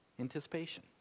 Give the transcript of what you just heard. Anticipation